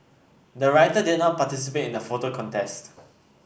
the writer did not participate in the photo contest